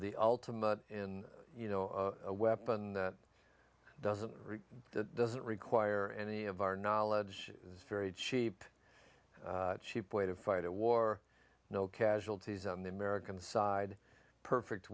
the ultimate in you know a weapon that doesn't really doesn't require any of our knowledge is very cheap cheap way to fight a war no casualties on the american side perfect